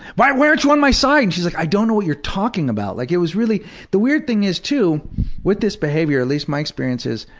why aren't you on my side? she's like, i don't know what you're talking about. like it was really the weird thing is too with this behavior, at least my experience is,